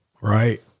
right